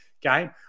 game